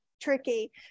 tricky